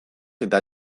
eta